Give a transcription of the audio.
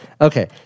Okay